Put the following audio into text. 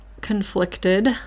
conflicted